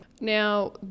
Now